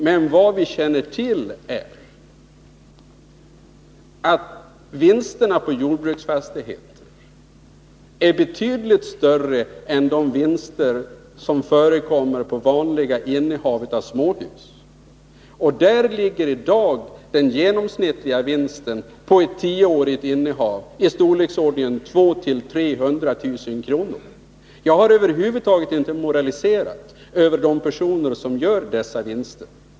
Men vad vi känner till är att vinsterna på jordbruksfastigheter är betydligt större än de vinster som förekommer på innehav av vanliga småhus. Där ligger den genomsnittliga vinsten på ett 10-årigt innehav i dag på 200 000-300 000 kr. Jag har över huvud taget inte moraliserat över de personer som gör dessa vinster.